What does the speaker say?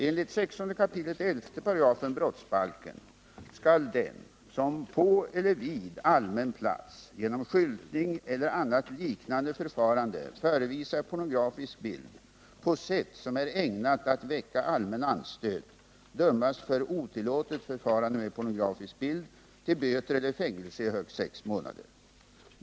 Enligt 16 kap. 11§ brottsbalken skall den som på eller vid allmän plats genom skyltning eller annat liknande förfarande förevisar pornografisk bild på sätt som är ägnat att väcka allmän anstöt dömas för otillåtet förfarande med pornografisk bild till böter eller fängelse i högst sex månader.